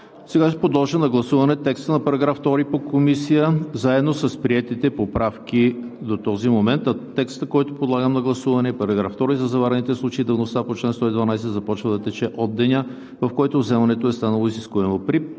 Сега ще подложа на гласуване текста на § 2 по Комисия, заедно с приетите поправки до този момент. Текстът, който подлагам на гласуване, е: „§ 2. За заварените случаи давността по чл. 112 започва да тече от деня, в който вземането е станало изискуемо.